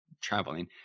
traveling